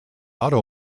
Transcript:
auto